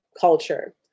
culture